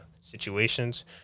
situations